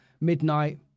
midnight